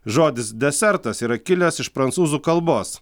žodis desertas yra kilęs iš prancūzų kalbos